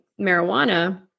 marijuana